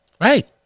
Right